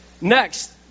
Next